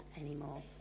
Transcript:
anymore